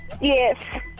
Yes